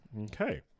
Okay